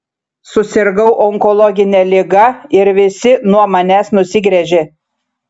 susirgau onkologine liga ir visi nuo manęs nusigręžė